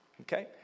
Okay